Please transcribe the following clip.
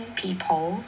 people